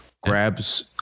grabs